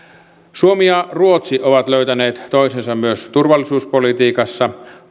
suomi ja ruotsi ovat löytäneet toisensa myös turvallisuuspolitiikassa